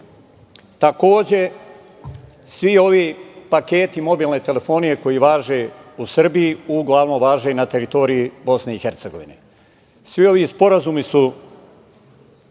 Takođe, svi ovi paketi mobilne telefonije koji važe u Srbiji, uglavnom važe i na teritoriji BiH.Svi ovi sporazumi su